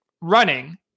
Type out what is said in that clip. running